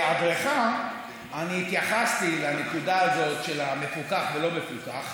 בהיעדרך אני התייחסתי לנקודה הזאת של המפוקח והלא-מפוקח,